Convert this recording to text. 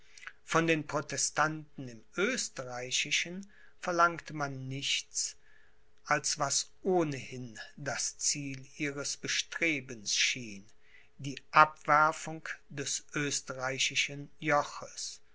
von den protestanten im oesterreichischen verlangte man nichts als was ohnehin das ziel ihres bestrebens schien die abwerfung des österreichischen joches